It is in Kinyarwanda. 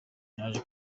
naje